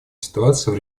ситуацией